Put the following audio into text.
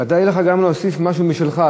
ודאי יהיה לך גם להוסיף משהו משלך,